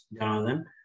Jonathan